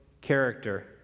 character